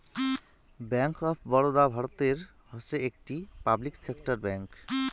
bank of Baroda ভারতের হসে একটি পাবলিক সেক্টর ব্যাঙ্ক